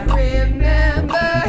remember